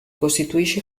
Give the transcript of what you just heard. costituisce